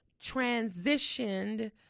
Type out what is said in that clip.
transitioned